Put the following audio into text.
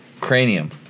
cranium